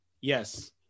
Yes